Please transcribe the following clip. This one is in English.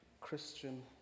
Christian